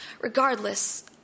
Regardless